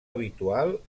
habitual